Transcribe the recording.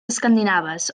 escandinaves